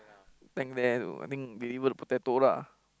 tank there I think deliver the potato lah